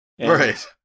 Right